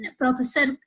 professor